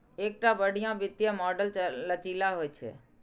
एकटा बढ़िया वित्तीय मॉडल लचीला होइ छै